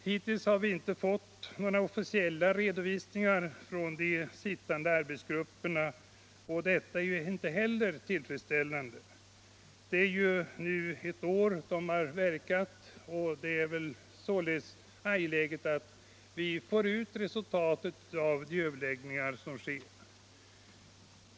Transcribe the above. Hittills har vi inte fått några officiella redovisningar från de sittande arbetsgrupperna, och detta är inte heller tillfredsställande. De har ju verkat under ett år nu, och det är således angeläget att vi får ut resultatet av överläggningarna.